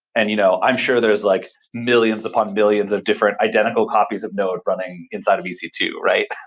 and you know i'm sure there's like millions upon millions of different identical copies of node running inside of e c two, right?